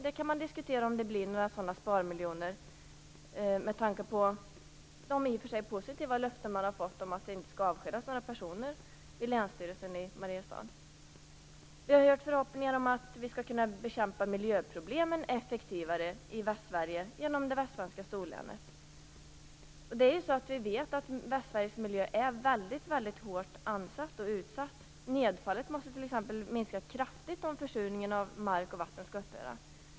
Man kan diskutera om det blir några sådana sparmiljoner med tanke på de i och för sig positiva löften man har fått om att det inte skall avskedas några vid Vi har hört förhoppningen om att effektivare kunna bekämpa miljöproblemen i Västsverige med hjälp av det västsvenska storlänet. Vi vet att Västsveriges miljö är väldigt hårt ansatt och utsatt. Nedfallet måste minska kraftigt om försurningen av mark och vatten skall upphöra.